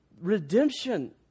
redemption